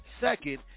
Second